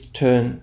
turn